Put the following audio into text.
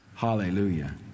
hallelujah